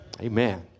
Amen